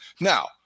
Now